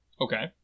Okay